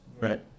Right